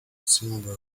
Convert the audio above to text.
silver